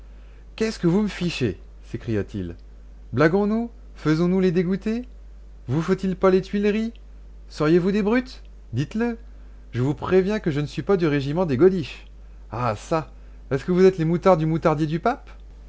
qu'est-ce que vous me fichez s'écria-t-il blaguons nous faisons-nous les dégoûtés vous faut-il pas les tuileries seriez-vous des brutes dites-le je vous préviens que je ne suis pas du régiment des godiches ah çà est-ce que vous êtes les moutards du moutardier du pape